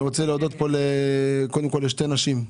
אני רוצה להודות פה גם לשתי נשים,